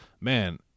man